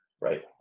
right